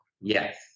Yes